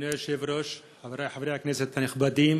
אדוני היושב-ראש, חברי חברי הכנסת הנכבדים,